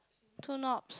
two knob